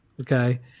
Okay